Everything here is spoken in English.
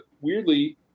weirdly